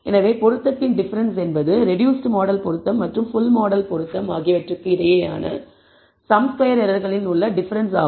எனவே பொருத்தத்தின் டிஃபரெண்ஸ் என்பது ரெடூஸ்ட் மாடல் பொருத்தம் மற்றும் ஃபுல் மாடல் பொருத்தம் ஆகியவற்றுக்கு இடையேயான சம் ஸ்கொயர் எரர்களில் உள்ள டிஃபரெண்ஸ் ஆகும்